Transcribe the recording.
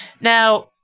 Now